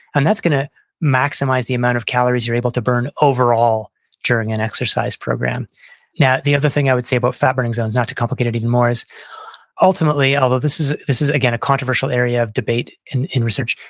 and that's going to maximize the amount of calories you're able to burn overall during an exercise program now, the other thing i would say about fat burning zones, not to complicate it even more is ultimately, although this is this is again a controversial area of debate in in research.